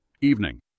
Evening